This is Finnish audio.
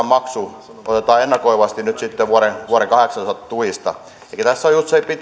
maksu otetaan ennakoivasti nyt sitten vuoden vuoden kaksituhattakahdeksantoista tuista elikkä tässä on just se